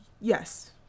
Yes